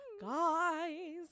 Guys